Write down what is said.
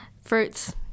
fruits